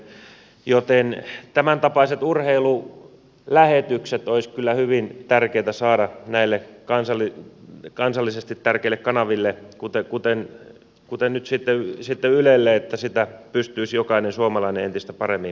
tämäntapaiset urheilulähetykset olisi kyllä hyvin tärkeätä saada näille kansallisesti tärkeille kanaville kuten nyt sitten ylelle että niitä pystyisi jokainen suomalainen entistä paremmin seuraamaan